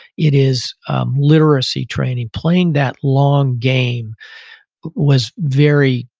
it is literacy training. playing that long game was very,